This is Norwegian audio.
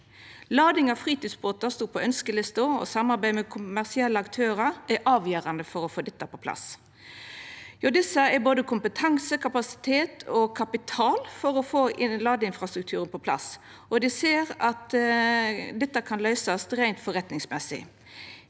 Lading av fritidsbåtar sto på ønskelista, og samarbeidet med kommersielle aktørar er avgjerande for å få dette på plass. Hjå desse er både kompetanse, kapasitet og kapital for å få inn ladeinfrastruktur på plass, og dei ser at dette kan løysast reint forretningsmessig.